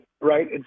right